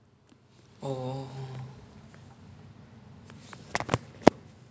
if you are satisfied hundred percent with what you play that means you reach the point where you don't want to improve already